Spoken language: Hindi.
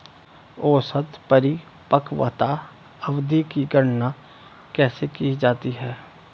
औसत परिपक्वता अवधि की गणना कैसे की जाती है?